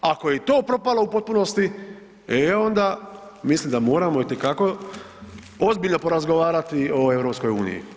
Ako je i ti propalo u potpunosti, e onda mislim da moramo itekako ozbiljno porazgovarati o EU.